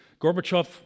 Gorbachev